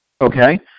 Okay